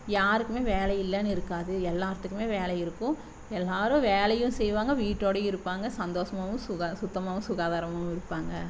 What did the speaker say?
யாருக்கும் வேலை இல்லைனு இருக்காது எல்லாத்துக்கும் வேலை இருக்கும் எல்லோரும் வேலையும் செய்வாங்க வீட்டோடயும் இருப்பாங்க சந்தோஷமாகவும் சுத்தமாகவும் சுகாதாரமும் இருப்பாங்க